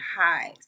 highs